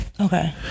Okay